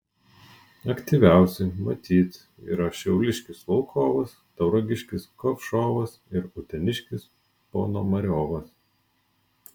aktyviausi matyt yra šiauliškis volkovas tauragiškis kovšovas ir uteniškis ponomariovas